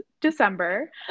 December